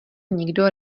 nikdo